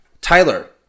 Tyler